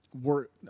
work